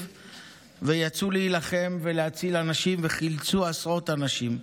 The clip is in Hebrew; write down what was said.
ויצאו להילחם ולהציל אנשים וחילצו עשרות אנשים.